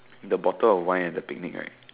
the bottle of wine at the picnic right